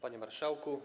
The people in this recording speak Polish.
Panie Marszałku!